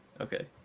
Okay